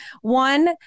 One